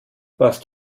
warst